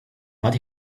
but